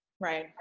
Right